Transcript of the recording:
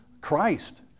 Christ